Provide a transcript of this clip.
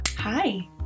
Hi